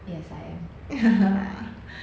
yes I am